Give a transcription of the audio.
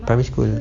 primary school